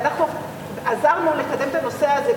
ואנחנו עזרנו לקדם את הנושא הזה.